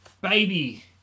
baby